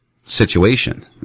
situation